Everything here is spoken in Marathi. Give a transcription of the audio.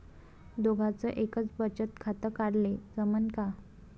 दोघाच एकच बचत खातं काढाले जमनं का?